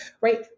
right